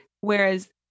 Whereas